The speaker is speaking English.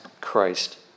Christ